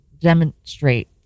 demonstrate